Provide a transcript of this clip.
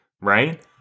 right